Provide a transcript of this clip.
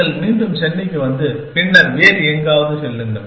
நீங்கள் மீண்டும் சென்னைக்கு வந்து பின்னர் வேறு எங்காவது செல்லுங்கள்